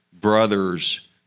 brothers